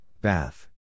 bath